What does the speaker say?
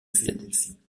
philadelphie